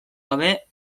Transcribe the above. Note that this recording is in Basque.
gabe